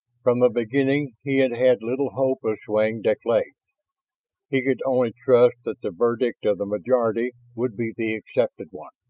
from the beginning he had had little hope of swaying deklay he could only trust that the verdict of the majority would be the accepted one.